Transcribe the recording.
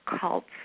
cults